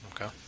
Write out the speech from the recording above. Okay